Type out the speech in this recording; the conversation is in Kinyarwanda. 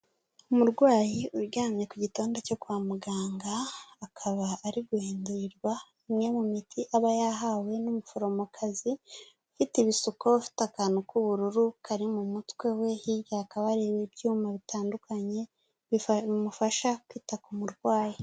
Umurwayi uryamye ku gitanda cyo kwa muganga akaba ari guhindurirwa umwe mu miti aba yahawe n'umuforomokazi ufite ibisuko, ufite akantu k'ubururu kari mu mutwe we hirya akaba areba ibyuma bitandukanye bimufasha kwita ku murwayi..